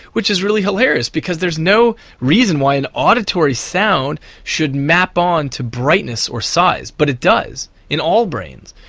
which is really hilarious because there's no reason why and auditory sound should map on to brightness or size, but it does, in all brains.